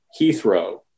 Heathrow